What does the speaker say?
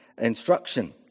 instruction